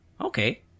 okay